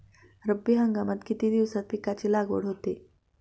रब्बी हंगामात किती दिवसांत पिकांची लागवड होते?